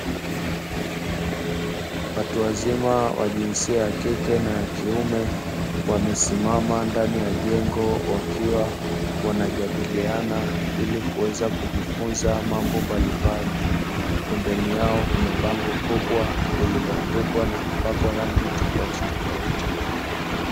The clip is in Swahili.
Watu wazima wa jinsia ya kike na ya kiume wamesimama ndani ya jengo wakiwa wanajadiliana ili kuweza kujifunza mambo mbalimbali, pembeni yao kuna bango kubwa lililoandikwa na kupakwa rangi tofautitofauti.